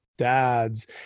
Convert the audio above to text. dads